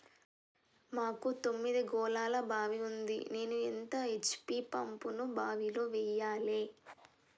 మాకు తొమ్మిది గోళాల బావి ఉంది నేను ఎంత హెచ్.పి పంపును బావిలో వెయ్యాలే?